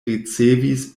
ricevis